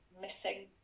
missing